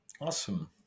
Awesome